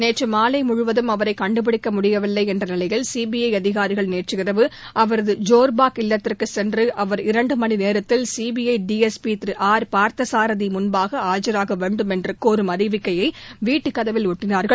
நேற்று மாலை முழுவதும் அவரை கண்டுபிடிக்க முடியவில்லை என்ற நிலையில் சிபிஐ அதிகாரிகள் நேற்றிரவு அவரது ஜோர் பாக் இல்லத்திற்கு சென்று அவர் இரண்டு மனி நேரத்தில் சிபிற டிஎஸ்பி திரு ஆர் பார்த்தசாரதி முன்பாக ஆஜராகவேண்டும் என்று கோரும் அறிவிக்கையை வீட்டு கதவில் ஒட்டினா்கள்